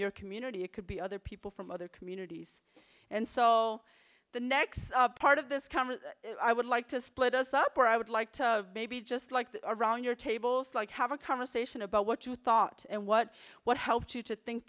your community it could be other people from other communities and so the next part of this conference i would like to split us up where i would like to maybe just like around your tables like have a conversation about what you thought and what what helps you to think